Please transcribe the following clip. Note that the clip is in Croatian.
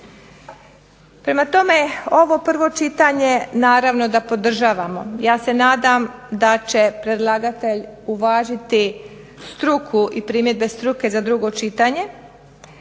Prema tome ovo prvo čitanje naravno da podržavamo. Ja se nadam da će predlagatelj uvažiti struku i primjedbe struke za drugo čitanje